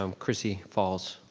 um chrissy falls.